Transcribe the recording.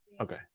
okay